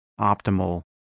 optimal